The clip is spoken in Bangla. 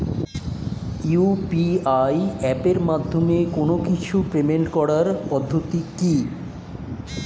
ইউ.পি.আই এপের মাধ্যমে কোন কিছুর পেমেন্ট করার পদ্ধতি কি?